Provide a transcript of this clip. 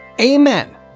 Amen